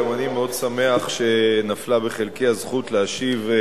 גם אני מאוד שמח שנפלה בחלקי הזכות להשיב על